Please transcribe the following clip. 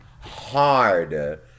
hard